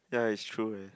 ya it's true eh